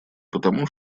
потому